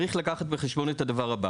צריך לקחת בחשבון את ההבדל הבא